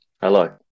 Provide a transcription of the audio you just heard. Hello